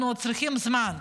אנחנו עוד צריכים זמן.